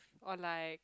or like